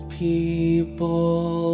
people